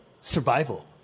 survival